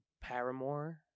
Paramore